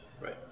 Right